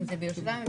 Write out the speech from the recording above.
ירושלים,